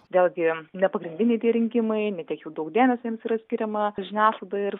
vėlgi ne pagrindiniai tie rinkimai ne tiek jau daug dėmesio jiems yra skiriama žiniasklaidoj ir